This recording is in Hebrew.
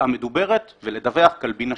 המדוברת ולדווח שכלבו נשך.